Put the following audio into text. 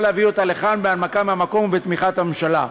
להביא אותה לכאן בהנמקה מהמקום ובתמיכת הממשלה.